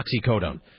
oxycodone